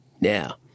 Now